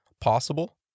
possible